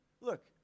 Look